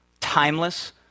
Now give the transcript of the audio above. Timeless